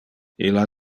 illa